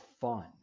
fun